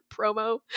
promo